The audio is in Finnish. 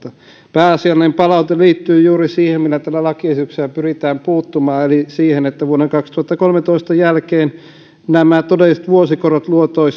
pääasiallinen palaute liittyy juuri siihen mihin tällä lakiesityksellä pyritään puuttumaan eli siihen että vuoden kaksituhattakolmetoista jälkeen todelliset vuosikorot